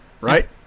Right